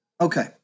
Okay